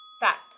Fact